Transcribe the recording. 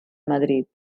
madrid